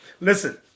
Listen